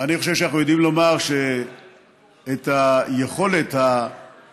אני חושב שאנחנו יודעים לומר שאת היכולת הצבאית,